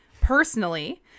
personally